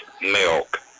milk